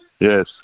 Yes